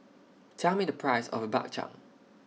Tell Me The Price of Bak Chang